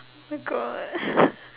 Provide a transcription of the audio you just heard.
my God